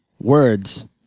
words